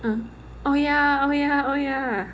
err oh ya oh ya oh ya